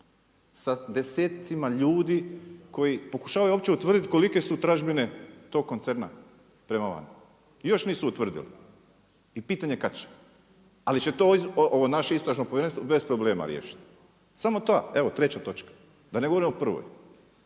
sa desecima ljudi koji pokušavaju uopće utvrditi kolike su tražbine tog koncerna prema van. I još nisu utvrdili i pitanje kad će. Ali će to ovo naše istražno povjerenstvo bez problema riješiti, samo ta eto treća točka, da ne govorim o prvoj.